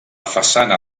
façana